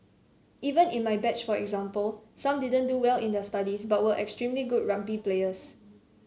even in my batch for example some didn't do well in their studies but were extremely good rugby players